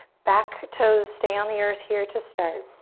back toes stay on the earth here to start.